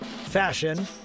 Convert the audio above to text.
fashion